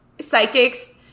psychics